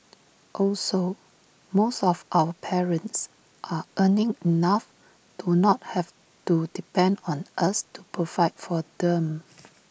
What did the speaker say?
also most of our parents are earning enough to not have to depend on us to provide for them